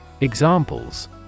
Examples